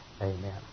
Amen